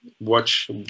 watch